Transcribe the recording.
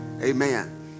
amen